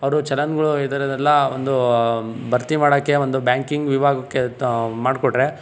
ಅವರು ಚಲನ್ಗಳು ಇದರನೆಲ್ಲ ಒಂದು ಭರ್ತಿ ಮಾಡೋಕ್ಕೆ ಒಂದು ಬ್ಯಾಂಕಿಂಗ್ ವಿಭಾಗಕ್ಕೆ ತಾ ಮಾಡ್ಕೊಟ್ರೆ